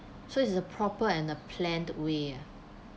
so is the proper and a planned way ah